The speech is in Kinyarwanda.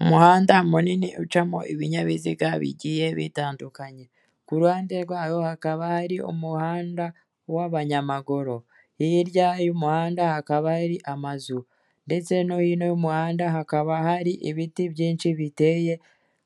Umuhanda munini ucamo ibinyabiziga bigiye bitandukanye, ku ruhande rwawo hakaba hari umuhanda w'abanyamaguru, hirya y'umuhanda hakaba hari amazu, ndetse no hino y'umuhanda hakaba hari ibiti byinshi biteye,